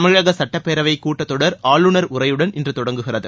தமிழக சட்டப்பேரவை கூட்டத் தொடர் ஆளுநர் உரையுடன் இன்று தொடங்குகிறது